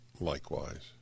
likewise